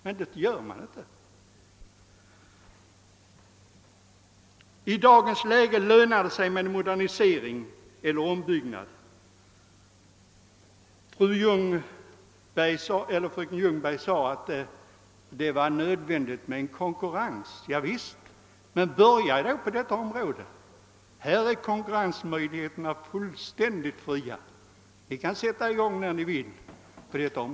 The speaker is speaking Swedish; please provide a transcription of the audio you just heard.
Men det gör de inte. I dag lönar det sig med en modernisering eller ombyggnad. Fröken Ljungberg sade att det är nödvändigt med konkurrens. Ja visst, men börja då på detta område! Här är konkurrensmöjligheterna fullständigt fria. Ni kan sätta i gång när ni vill.